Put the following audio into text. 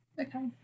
Okay